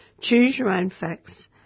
choose-your-own-facts